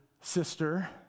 sister